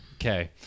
Okay